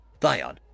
Thion